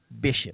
bishop